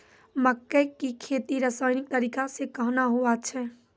मक्के की खेती रसायनिक तरीका से कहना हुआ छ?